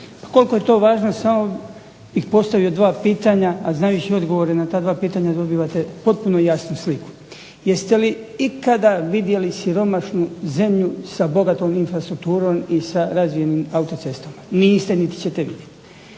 koliko je to važno samo bih postavio dva pitanja, a znajući odgovore na ta dva pitanja dobivate potpuno jasnu sliku. Jeste li ikada vidjeli siromašnu zemlju sa bogatom infrastrukturom i sa razvijenim autocestama? Niste, niti ćete vidjeti.